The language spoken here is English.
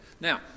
Now